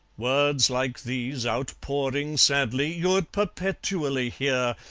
words like these, outpouring sadly you'd perpetually hear,